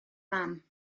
mam